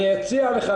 אני אציע לך,